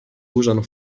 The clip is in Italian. usano